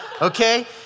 okay